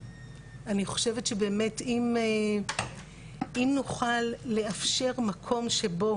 אני חושבת שבאמת אם נוכל לאפשר מקום שבו